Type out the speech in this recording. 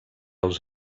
els